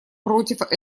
против